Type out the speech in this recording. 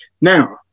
now